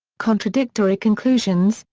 contradictory conclusions,